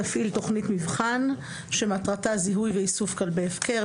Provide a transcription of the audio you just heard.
יפעיל תכנית מבחן שמטרתה זיהוי ואיסוף כלבי הפקר,